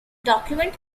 document